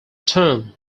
term